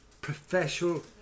professional